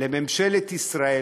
לממשלת ישראל,